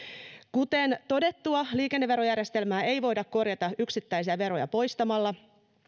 kuten todettua liikenneverojärjestelmää ei voida korjata yksittäisiä veroja poistamalla